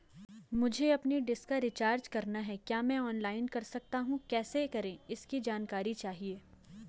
मुझे अपनी डिश का रिचार्ज करना है क्या मैं ऑनलाइन कर सकता हूँ कैसे करें इसकी जानकारी चाहिए?